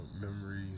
Memories